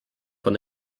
von